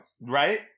Right